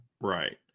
Right